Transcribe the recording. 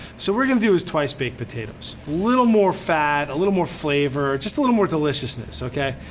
so we're gonna do is twice baked potatoes. little more fat, a little more flavor, just a little more deliciousness okay.